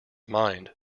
mind